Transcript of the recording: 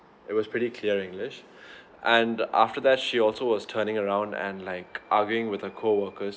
it was pretty clear english and after that she also was turning around and like arguing with her co workers